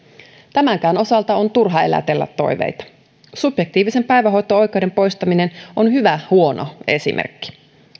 tämänkään osalta on turha elätellä toiveita subjektiivisen päivähoito oikeuden poistaminen on hyvä huono esimerkki